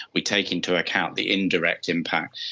we take into account the indirect impact.